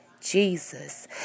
Jesus